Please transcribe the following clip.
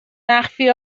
مخفی